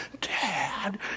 dad